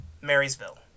Marysville